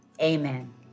amen